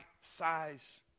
size